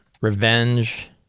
revenge